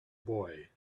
boy